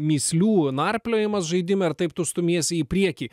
mįslių narpliojimas žaidime ar taip tu stumiesi į priekį